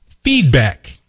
feedback